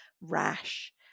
rash